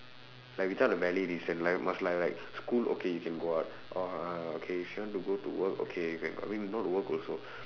like without a valid reason like must like like school okay you can go out or uh okay if you want to go to work okay you can I mean not work also